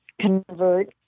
convert